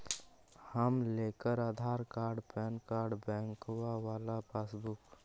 हम लेकर Aadhaar card PAN card बैंकवा वाला पासबुक?